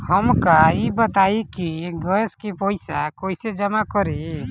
हमका ई बताई कि गैस के पइसा कईसे जमा करी?